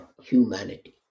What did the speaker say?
humanity